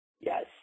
Yes